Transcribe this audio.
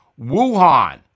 Wuhan